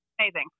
amazing